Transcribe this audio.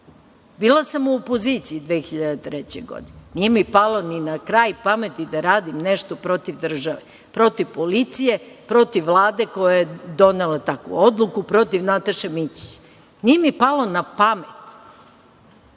Bila sam u opoziciji 2003. godine, nije mi palo ni na kraj pameti da radim nešto protiv države, protiv policije, protiv Vlade koja je donela takvu odluku, protiv Nataše Mićić. Nije mi palo na pamet.